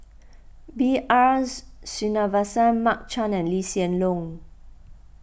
B R Sreenivasan Mark Chan and Lee Hsien Loong